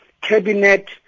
Cabinet